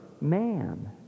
man